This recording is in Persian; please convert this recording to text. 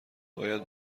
باید